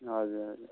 हजुर हजुर